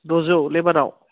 द'जौ लेबाराव